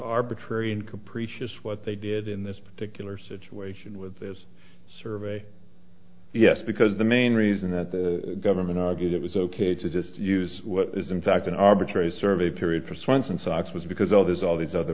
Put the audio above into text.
arbitrary and capricious what they did in this particular situation with this survey yes because the main reason that the government argued it was ok just use what is in fact an arbitrary survey period for swanson socks was because all these all these other